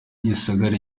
gisagara